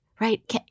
right